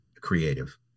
creative